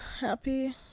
happy